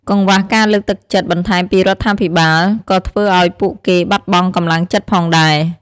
កង្វះការលើកទឹកចិត្តបន្ថែមពីរដ្ឋាភិបាល ក៏ធ្វើឲ្យពួកគេបាត់បង់កម្លាំងចិត្តផងដែរ។